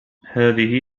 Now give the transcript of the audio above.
هذه